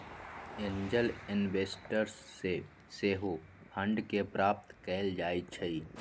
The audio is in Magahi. एंजल इन्वेस्टर्स से सेहो फंड के प्राप्त कएल जाइ छइ